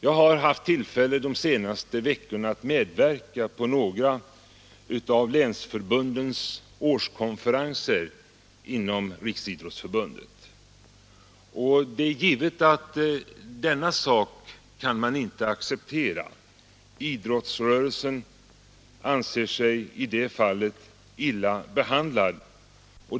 Jag har de senaste veckorna haft tillfälle att medverka på några av länsförbundens årskonferenser inom Riksidrottsförbundet, och jag vet att detta kan man inte acceptera. Idrottsrörelsen anser sig i det fallet illa behandlad.